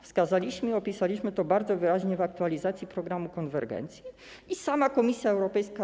Wskazaliśmy, opisaliśmy to bardzo wyraźnie w aktualizacji programu konwergencji i wskazuje na to sama Komisja Europejska.